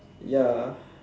ya